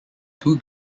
two